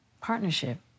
partnership